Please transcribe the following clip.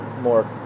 more